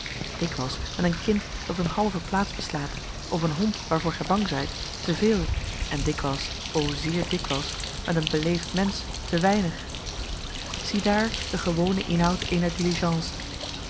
dikwijls met een kind dat een halve plaats beslaat of een hond waarvoor gij bang zijt te veel en dikwijls o zeer dikwijls met een beleefd mensch te weinig ziedaar den gewonen inhoud